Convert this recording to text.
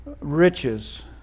riches